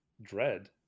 Dread